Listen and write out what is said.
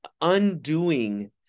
undoing